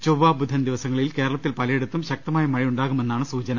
ചൊവ്വ ബുധൻ ദിവസങ്ങളിൽ കേരളത്തിൽ പലയി ടത്തും ശക്തമായ മഴയുണ്ടാകുമെന്നാണ് സൂചന